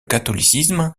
catholicisme